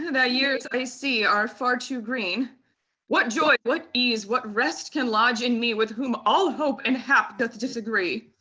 thy years i see are far to green what joy, what ease, what rest can lodge in me, with whom all hope and hap doth disagree?